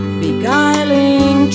beguiling